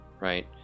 right